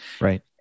Right